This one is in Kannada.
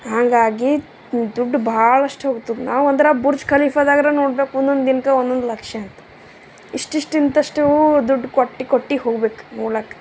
ಹಾಗಾಗಿ ದುಡ್ಡು ಭಾಳಷ್ಟು ಹೋಗ್ತದ ನಾವು ಅಂದ್ರೆ ಬುರ್ಜ್ ಖಲೀಫಾದಾಗರೆ ನೋಡ್ಬೇಕು ಒಂದೊಂದು ದಿನಕ್ಕ ಒಂದೊಂದು ಲಕ್ಷ ಆತು ಇಷ್ಟಿಷ್ಟು ಇಂತಷ್ಟು ದುಡ್ಡು ಕೊಟ್ಟಿ ಕೊಟ್ಟಿ ಹೋಗ್ಬೇಕು ನೋಡ್ಲಕ್ಕ